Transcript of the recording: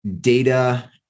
data